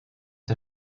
der